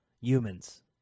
humans